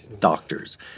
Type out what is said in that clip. doctors